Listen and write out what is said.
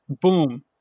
boom